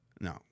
No